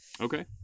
Okay